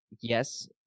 Yes